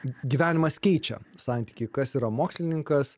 gyvenimas keičia santykį kas yra mokslininkas